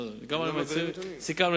סיכמנו,